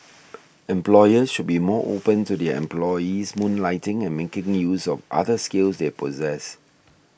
employers should be more open to their employees moonlighting and making use of other skills they possess